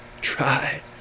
Try